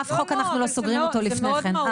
אף חוק אנחנו לא סוגרים אותו לפני כן.